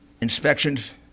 Inspections